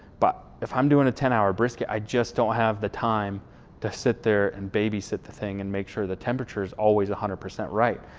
but if i'm doing a ten hour brisket, i just don't have the time to sit there and babysit the thing and make sure the temperature's always a one hundred percent right.